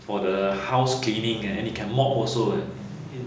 for the house cleaning eh and it can mop also leh